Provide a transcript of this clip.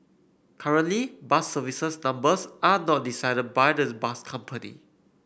currently bus service numbers are not decided by the bus company